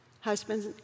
Husbands